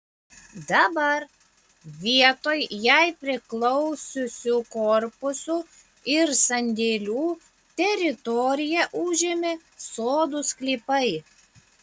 dabar vietoj jai priklausiusių korpusų ir sandėlių teritoriją užėmė sodų sklypai